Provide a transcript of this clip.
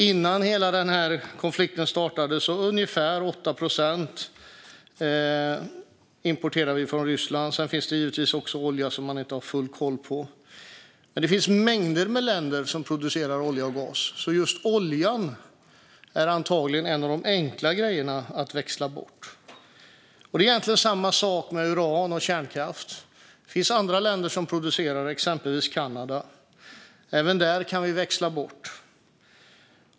Innan hela den här konflikten startade kom ungefär 8 procent av vår import från Ryssland. Sedan finns det givetvis också olja som man inte har full koll på. Men det finns mängder med länder som producerar olja och gas. Just oljan är antagligen en av de enkla grejerna att växla bort. Det är egentligen samma sak med kärnkraft och uran. Det finns andra länder som producerar det, exempelvis Kanada. Även där kan vi växla bort.